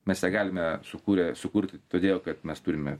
mes ją galime sukūrę sukurti todėl kad mes turime